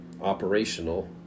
operational